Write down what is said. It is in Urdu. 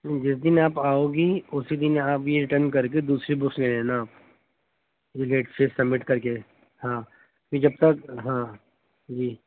جس دن آپ آؤ گی اسی دن آپ یہ ریٹرن کر کے دوسری بکس لے لینا لیٹ فیس سبمٹ کر کے ہاں پھر جب تک ہاں جی